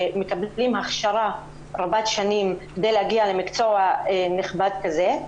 ומקבלים הכשרה רבת שנים כדי להגיע למקצוע נכבד כזה.